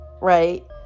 right